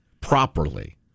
properly